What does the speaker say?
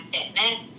Fitness